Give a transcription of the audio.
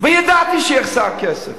ידעתי שיחסר כסף.